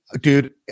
dude